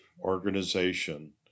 organization